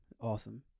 awesome